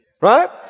Right